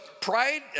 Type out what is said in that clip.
pride